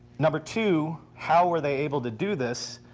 number two, how were they able to do this?